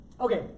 Okay